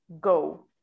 go